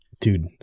dude